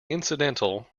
incidental